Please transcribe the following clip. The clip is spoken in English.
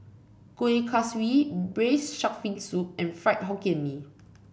Kuih Kaswi Braised Shark Fin Soup and Fried Hokkien Mee